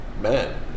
man